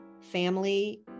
family